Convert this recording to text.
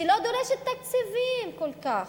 שלא דורשת תקציבים כל כך,